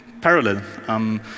parallel